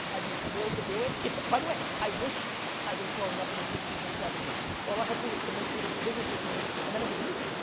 i'd be thrilled to do it, it's, by the way, i wish i was growing up in the sixty s and seventy s. all i had to do was convince you to do business with me, and then it was easy,